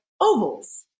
ovals